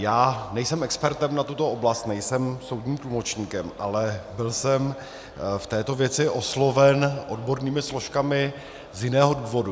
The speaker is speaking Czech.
Já nejsem expertem na tuto oblast, nejsem soudním tlumočníkem, ale byl jsem v této věci osloven odbornými složkami z jiného důvodu.